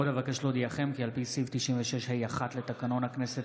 עוד אבקש להודיעכם כי על פי סעיף 96ה(1) לתקנון הכנסת,